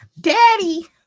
Daddy